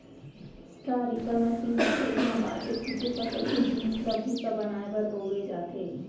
straw reaper machine ल खेत म बाचे खुचे फसल के जिनिस ल भूसा बनाए बर बउरे जाथे